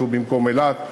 שהוא במקום אילת,